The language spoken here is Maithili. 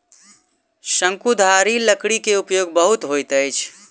शंकुधारी लकड़ी के उपयोग बहुत होइत अछि